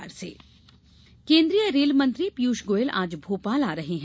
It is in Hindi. रेलमंत्री दौरा केन्द्रीय रेल मंत्री पीयूष गोयल आज भोपाल आ रहे हैं